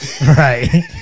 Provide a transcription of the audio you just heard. right